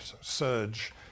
surge